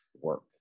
work